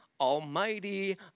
almighty